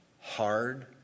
Hard